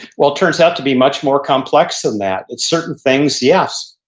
well, it turns out to be much more complex than that. at certain things, yes,